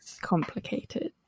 complicated